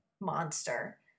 monster